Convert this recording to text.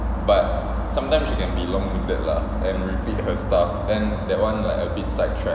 but sometimes she can be long-winded lah and repeat her stuff then that [one] like a bit sidetrack